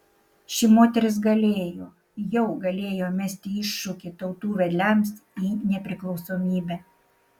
ši moteris galėjo jau galėjo mesti iššūkį tautų vedliams į nepriklausomybę